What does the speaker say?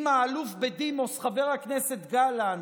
עם האלוף בדימוס חבר הכנסת גלנט,